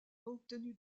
obtenu